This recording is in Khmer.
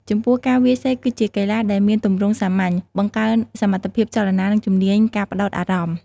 ចំពោះការវាយសីគឺជាកីឡាដែលមានទម្រង់សាមញ្ញ បង្កើនសមត្ថភាពចលនា និងជំនាញការផ្ដោតអារម្មណ៍។